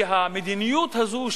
שהמדיניות הזאת,